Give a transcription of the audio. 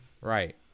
Right